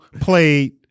played